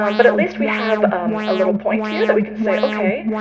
um but at least we have um a little point here that we can say, ok,